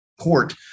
court